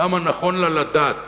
למה נכון לה לדת